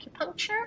acupuncture